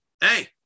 hey